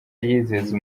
yizeza